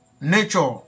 nature